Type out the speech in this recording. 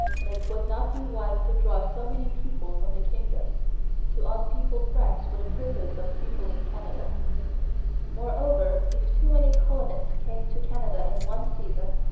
and it would not be wise to draw so many people from the kingdom to unpeople france for the purpose of peopling canada moreover if too many colonists came to canada in one season,